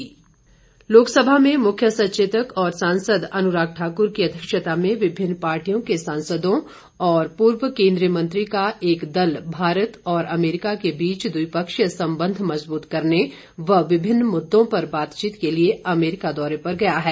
अनुराग लोकसभा में मुख्य सचेतक और सांसद अनुराग ठाकर की अध्यक्षता में विभिन्न पार्टियों के सांसदों और पूर्व केंद्रीय मंत्री का एक दल भारत और अमेरिका के बीच द्विपक्षीय संबंध मजबूत करने व विभिन्न मुददों पर बातचीत के लिए अमेरिका दौरे पर गया है